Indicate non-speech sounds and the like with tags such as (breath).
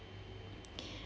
(breath)